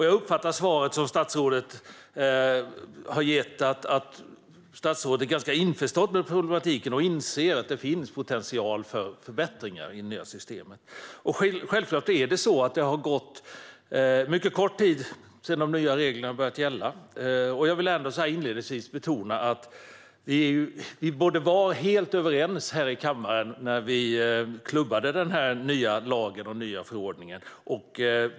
Jag uppfattar svaret som att statsrådet är införstådd med problematiken och inser att det finns potential för förbättringar i systemet. Självklart har det gått mycket kort tid sedan de nya reglerna började gälla. Inledningsvis vill jag betona att vi var helt överens här i kammaren när vi klubbade den nya lagen och den nya förordningen.